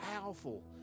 powerful